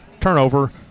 turnover